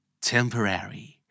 Temporary